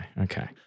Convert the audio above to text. okay